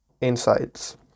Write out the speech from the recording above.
insights